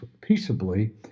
peaceably